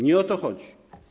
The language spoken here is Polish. Nie o to chodzi.